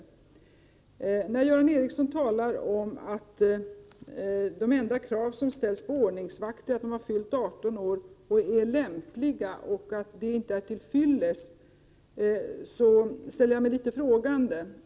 Jag ställer mig något frågande till Göran Ericssons påstående om att det enda krav som ställs på ordningsvakter är att de fyllt 18 år och är lämpliga, och att detta inte är tillfyllest.